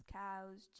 cows